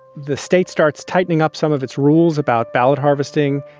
the state starts tightening up some of its rules about ballot harvesting.